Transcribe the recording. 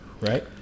right